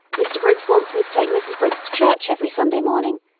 mr. briggs wants me to take mrs. briggs to church every sunday morning.